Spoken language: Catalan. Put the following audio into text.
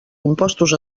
impostos